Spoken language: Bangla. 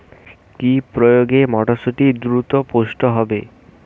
কি প্রয়োগে মটরসুটি দ্রুত পুষ্ট হবে?